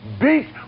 beat